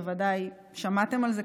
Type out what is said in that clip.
בוודאי שמעתם על זה,